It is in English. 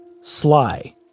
Sly